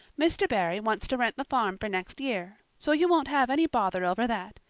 mr. barry wants to rent the farm for next year. so you won't have any bother over that.